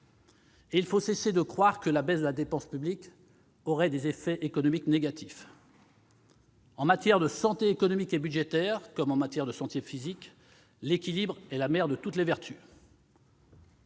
». Il faut cesser de croire que la baisse de la dépense publique aurait des effets économiques négatifs. En matière de santé économique et budgétaire, comme en matière de santé physique, l'équilibre est la mère de toutes les vertus.